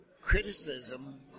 criticism